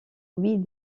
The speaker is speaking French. huit